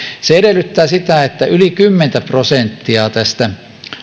edellyttää sitä että yli kymmenen prosenttia tästä